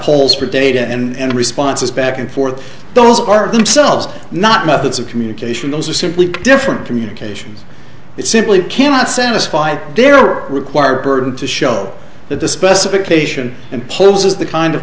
polls for data and responses back and forth those are themselves not methods of communication those are simply different communications that simply cannot satisfy their required burden to show that the specification and poses the kind